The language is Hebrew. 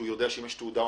שיודע שאם יש תעודה,